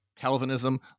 Calvinism